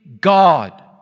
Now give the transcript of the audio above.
God